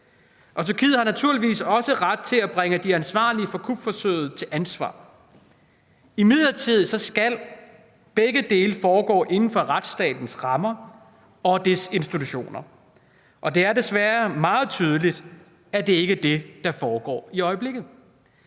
og Tyrkiet har naturligvis også ret til at bringe de ansvarlige for kupforsøget til ansvar. Imidlertid skal begge dele foregå inden for retsstatens rammer og dets institutioner, og det er desværre meget tydeligt, at det ikke er det, der foregår i øjeblikket.